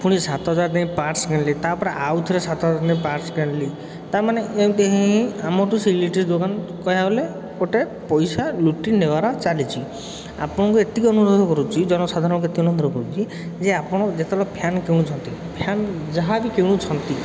ପୁଣି ସାତହାଜର ଦେଇ ପାର୍ଟ୍ସ୍ କିଣିଲି ତା' ପରେ ଆଉଥରେ ସାତହଜାର ଦେଇକି ପାର୍ଟ୍ସ୍ କିଣିଲି ତା' ମାନେ ଏମତି ହେଇଁ ହେଇଁ ଆମଠୁ ସେ ଇଲେକ୍ଟ୍ରିକ୍ ଦୋକାନ କହିବାକୁ ଗଲେ ଗୋଟେ ପଇସା ଲୁଟି ନେବାର ଚାଲିଛି ଆପଣଙ୍କୁ ଏତିକି ଅନୁରୋଧ କରୁଛି ଜନସାଧାରଣଙ୍କୁ ଏତିକି ଅନୁରୋଧ କରୁଛି କି ଯେ ଆପଣ ଯେତେବେଳେ ଫ୍ୟାନ୍ କିଣୁଛନ୍ତି ଫ୍ୟାନ୍ ଯାହା ବି କିଣୁଛନ୍ତି